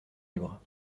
libres